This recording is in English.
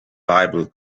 bible